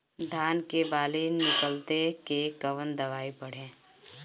धान के बाली निकलते के कवन दवाई पढ़े?